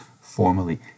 formally